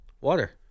Water